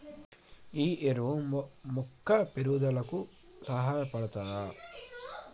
ఈ ఎరువు మొక్క పెరుగుదలకు సహాయపడుతదా?